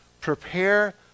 prepare